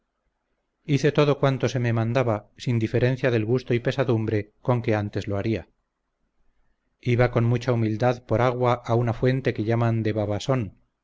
hice todo cuanto se me mandaba sin diferencia del gusto y pesadumbre con que antes lo haría iba con mucha humildad por agua a una fuente que llaman del